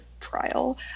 trial